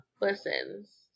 listens